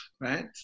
right